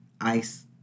ICE